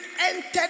entered